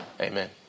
Amen